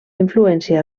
influència